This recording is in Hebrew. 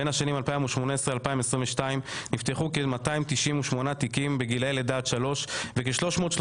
בין השנים 2018-2022 נפתחו כ-298 תיקים בגילאי לידה עד שלוש וכ-338